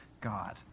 God